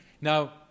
Now